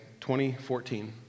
2014